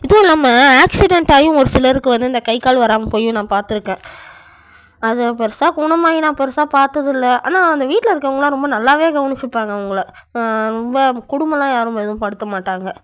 இதுவும் இல்லாமல் ஆக்சிடென்ட் ஆகியும் ஒரு சிலருக்கு வந்து இந்த கை கால் வராமல் போய்யும் நான் பார்த்துருக்கேன் அது பெருசாக குணமாகி நான் பெருசாக பார்த்ததில்ல ஆனால் இந்த வீட்டில் இருக்கிறவங்கலாம் ரொம்ப நல்லாவே கவனிச்சிப்பாங்க அவங்களை ரொம்ப கொடும்மோலாம் யாரும் ஏதுவும் படுத்த மாட்டாங்க